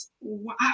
Wow